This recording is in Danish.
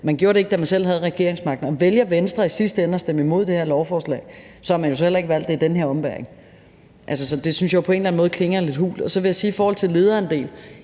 man gjorde ikke noget, da man selv havde regeringsmagten, og vælger Venstre i sidste ende at stemme imod det her lovforslag, så har man jo heller ikke valgt at ville gøre noget i den her ombæring. Så det synes jeg jo på en eller anden måde klinger lidt hult. I forhold til lederandel,